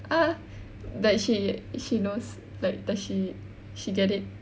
ah but she she knows like does she she get it